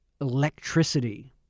electricity